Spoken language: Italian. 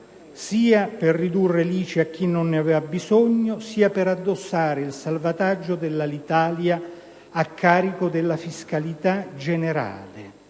per ridurre l'ICI a chi non ne aveva bisogno e per addossare il salvataggio dell'Alitalia a carico della fiscalità generale,